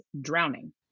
drowning